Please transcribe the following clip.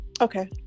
okay